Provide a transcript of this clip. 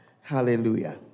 Hallelujah